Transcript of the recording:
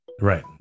Right